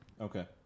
Okay